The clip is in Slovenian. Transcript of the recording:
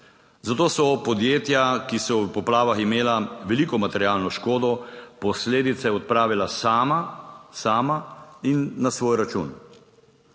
Zato so podjetja, ki so v poplavah imela veliko materialno škodo, posledice odpravila sama, sama in na svoj račun.